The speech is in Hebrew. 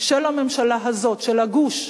של הממשלה הזאת, של הגוש,